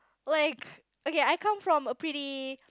like okay I come from a pretty